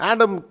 Adam